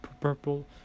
purple